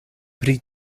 pri